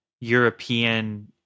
European